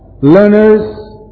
Learners